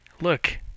look